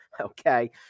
okay